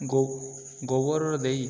ଗୋ ଗୋବର ଦେଇ